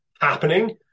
happening